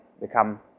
become